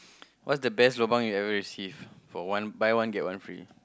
what's the best lobang you ever received for one buy one get one free